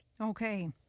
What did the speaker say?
Okay